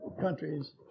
countries